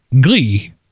Glee